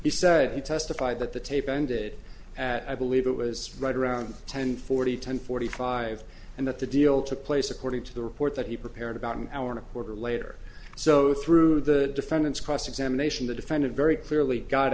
he said he testified that the tape ended at i believe it was right around ten forty ten forty five and that the deal took place according to the report that he prepared about an hour or two later so through the defendant's cross examination the defendant very clearly got